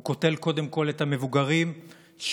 הוא קוטל קודם כול את המבוגרים המפוחדים